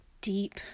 deep